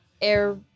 Air